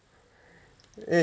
eh